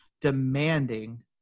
demanding